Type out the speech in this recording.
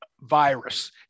virus